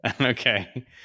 okay